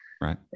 Right